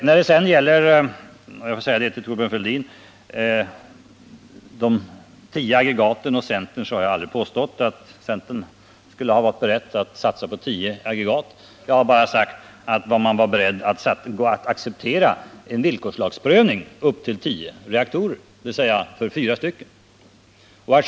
När det gäller de tio aggregaten och centern har jag aldrig, Thorbjörn Fälldin, påstått att centern skulle ha varit beredd att satsa på tio aggregat. Jag har bara sagt att centern var beredd att acceptera en villkorslagsprövning för upp till tio reaktorer, dvs. för fyra stycken utöver de som är i bruk.